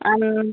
आणि